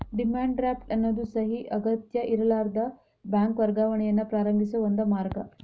demand draft ಎನ್ನೋದು ಸಹಿ ಅಗತ್ಯಇರ್ಲಾರದ ಬ್ಯಾಂಕ್ ವರ್ಗಾವಣೆಯನ್ನ ಪ್ರಾರಂಭಿಸೋ ಒಂದ ಮಾರ್ಗ